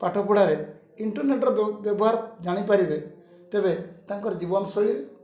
ପାଠପଢ଼ାରେ ଇଣ୍ଟରର୍ନେଟ୍ର ବ୍ୟବହାର ଜାଣିପାରିବେ ତେବେ ତାଙ୍କର ଜୀବନଶୈଳୀ